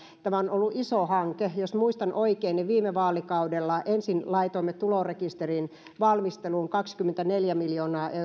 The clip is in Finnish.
tämä on ollut iso hanke jos muistan oikein niin viime vaalikaudella ensin laitoimme tulorekisterin valmisteluun kaksikymmentäneljä miljoonaa